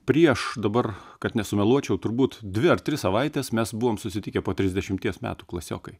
prieš dabar kad nesumeluočiau turbūt dvi ar tris savaites mes buvom susitikę po trisdešimties metų klasiokai